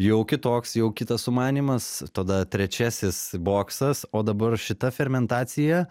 jau kitoks jau kitas sumanymas tada trečiasis boksas o dabar šita fermentacija